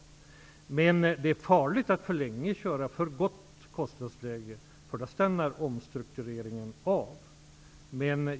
Men det är farligt att för länge ha ett för gott kostnadsläge, därför att då stannar omstruktureringen av.